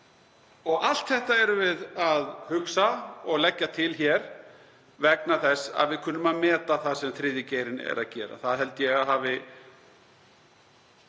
Allt þetta erum við að hugsa og leggja til hér vegna þess að við kunnum að meta það sem þriðji geirinn er að gera. Það held ég að hafi